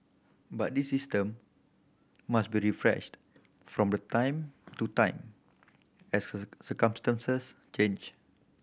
but this system must be refreshed from time to time as circumstances change